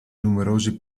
numerosi